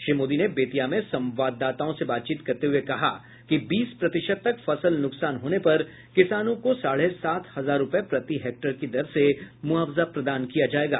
श्री मोदी ने बेतिया में संवाददाताओं से बातचीत करते हुए कहा कि बीस प्रतिशत तक फसल नुकसान होने पर किसानों को साढ़े सात हजार रूपये प्रति हेक्टेयर की दर से मुआवजा प्रदान किया जायेगा